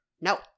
No